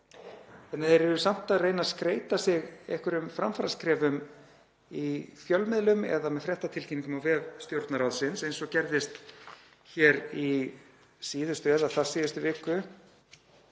þess kemur, eru samt að reyna að skreyta sig með einhverjum framfaraskrefum í fjölmiðlum eða með fréttatilkynningum á vef Stjórnarráðsins eins og gerðist í síðustu eða þarsíðustu viku